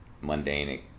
mundane